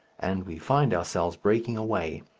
and we find ourselves breaking away.